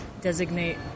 designate